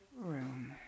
room